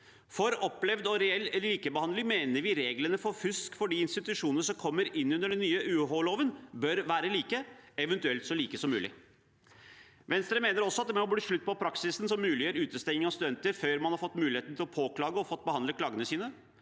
For opplevd og reell likebehandling mener vi reglene for fusk for de institusjonene som kommer inn under den nye UH-loven, bør være like, eventuelt så like som mulig. Venstre mener også at det må bli slutt på praksisen som muliggjør utestengning av studenter før man har fått mulighet til å påklage og fått behandlet klagene sine.